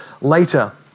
later